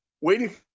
waiting